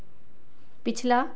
पिछला